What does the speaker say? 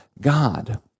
God